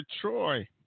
Troy